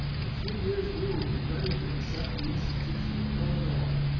in a few years we will be ready to accept the institution in illinois,